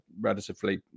relatively